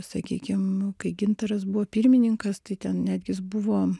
sakykim kai gintaras buvo pirmininkas tai ten netgi jis buvo